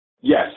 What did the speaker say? Yes